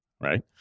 right